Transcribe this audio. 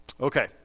Okay